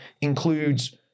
includes